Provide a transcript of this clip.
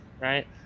right